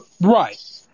Right